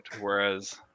whereas